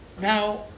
Now